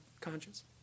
conscience